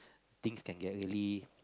things can get really